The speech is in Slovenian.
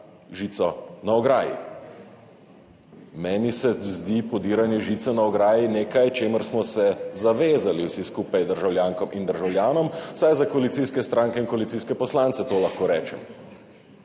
žico na ograji. Meni se zdi podiranje žice na ograji nekaj čemur smo se zavezali vsi skupaj državljankam in državljanom, vsaj za koalicijske stranke in koalicijske poslance to lahko rečem,